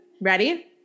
ready